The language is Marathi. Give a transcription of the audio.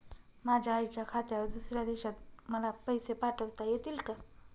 माझ्या आईच्या खात्यावर दुसऱ्या देशात मला पैसे पाठविता येतील का?